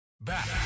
Back